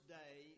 day